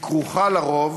היא כרוכה לרוב